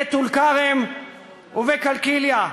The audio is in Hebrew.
בטול-כרם ובקלקיליה.